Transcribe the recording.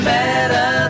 better